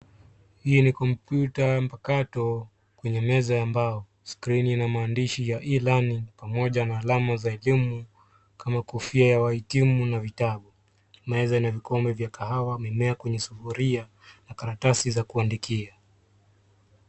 Hii ni kompyuta mpakato kwenye meza ya mbao. Skrini ina maandishi ya e-learning pamoja na alama za elimu kama vile kofia ya wahitimu na vitabu. Meza ina vikombe vya kahawa, mimea kwenye sufuria na karatasi za kuandikia